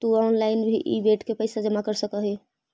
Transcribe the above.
तु ऑनलाइन भी इ बेड के पइसा जमा कर सकऽ हे